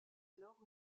alors